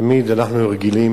תמיד אנחנו רגילים